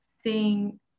seeing